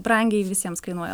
brangiai visiems kainuoja